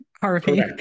Harvey